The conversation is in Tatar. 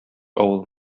авыл